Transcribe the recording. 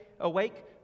awake